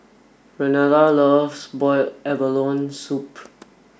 Renada loves boiled abalone soup